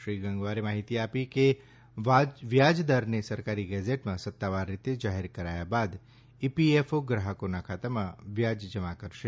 શ્રી ગંગવારે માહિતી આપી કે વ્યાજ દરને સરકારી ગેઝેટમાં સત્તાવાર રીતે જાહેર કરાયા બાદ ઇપીએફઓ ગ્રાહકોના ખાતા માં વ્યાજ જમા કરશે